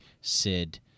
Sid